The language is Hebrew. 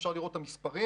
אפשר לראות במספרים